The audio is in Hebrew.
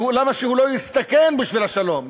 למה שהוא לא יסתכן בשביל השלום.